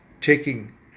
taking